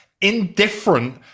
indifferent